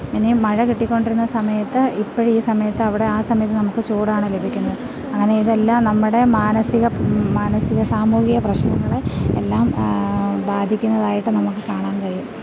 ഇനി മഴ കിട്ടിക്കൊണ്ടിരുന്ന സമയത്ത് ഇപ്പം ഈ സമയത്തവിടെ ആ സമയത്ത് നമുക്ക് ചൂടാണ് ലഭിക്കുന്ന് അങ്ങനെ ഇതെല്ലാം നമ്മുടെ മാനസിക മാനസിക സാമൂഹിക പ്രശ്നങ്ങളെ എല്ലാം ബാധിക്കുന്നതായിട്ട് നമുക്ക് കാണാൻ കഴിയും